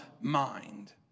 mind